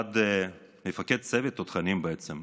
מפקד צוות תותחנים בעצם.